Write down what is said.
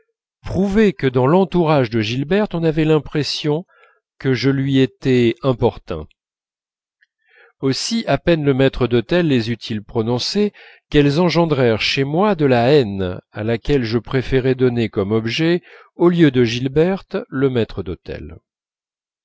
prouvaient que dans l'entourage de gilberte on avait l'impression que je lui étais importun aussi à peine le maître d'hôtel les eut-il prononcées qu'elles engendrèrent chez moi de la haine à laquelle je préférai donner comme objet au lieu de gilberte le maître d'hôtel